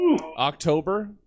October